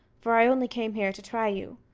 for i only came here to try you.